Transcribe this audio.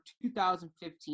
2015